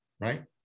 Right